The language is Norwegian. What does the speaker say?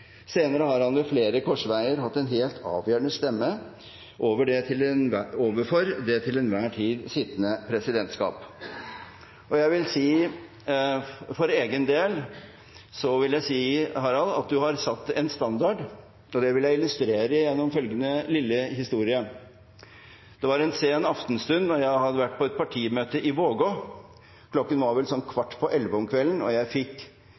Senere har han ved flere korsveier hatt en helt avgjørende stemme overfor det til enhver tid sittende presidentskap. For egen del vil jeg si, Harald, at du har satt en standard, og det vil jeg illustrere gjennom følgende lille historie. Det var en sen aftenstund, og jeg hadde vært på et partimøte i Vågå. Klokken var vel sånn kvart på elleve om kvelden, og jeg fikk